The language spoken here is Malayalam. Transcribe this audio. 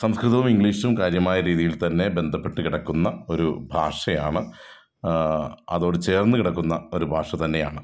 സംസ്കൃതവും ഇംഗ്ലീഷും കാര്യമായ രീതിയിൽ തന്നെ ബന്ധപ്പെട്ട് കിടക്കുന്ന ഒരു ഭാഷയാണ് അതോട് ചേർന്ന് കിടക്കുന്ന ഒരു ഭാഷ തന്നെയാണ്